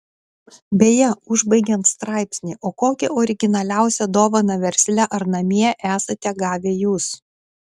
beje užbaigiant straipsnį o kokią originaliausią dovaną versle ar namie esate gavę jūs